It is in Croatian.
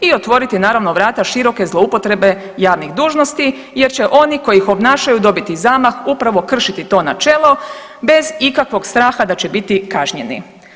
I otvoriti naravno vrata široke zloupotrebe javnih dužnosti, jer će oni koji ih obnašaju dobiti zamah upravo kršiti to načelo bez ikakvog straha da će biti kažnjeni.